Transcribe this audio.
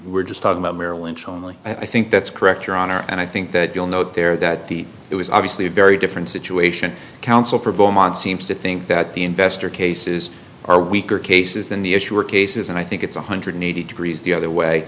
we're just talking about merrill lynch only i think that's correct your honor and i think that you'll note there that the it was obviously a very different situation counsel for beaumont seems to think that the investor cases are weaker cases than the issuer cases and i think it's one hundred eighty degrees the other way